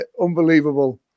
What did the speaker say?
unbelievable